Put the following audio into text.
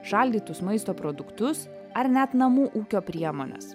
šaldytus maisto produktus ar net namų ūkio priemones